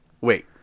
Wait